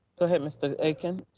go ahead mr. akin.